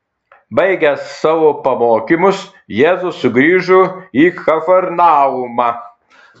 baigęs savo pamokymus jėzus sugrįžo į kafarnaumą